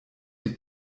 wie